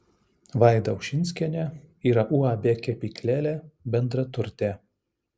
vaida ušinskienė yra uab kepyklėlė bendraturtė